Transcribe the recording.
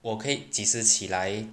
我可以几时起来